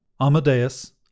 Amadeus